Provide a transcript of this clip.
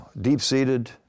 Deep-seated